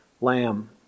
Lamb